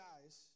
guys